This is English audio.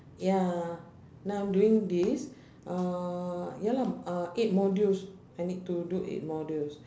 ya now I'm doing this uh ya lah uh eight modules I need to do eight modules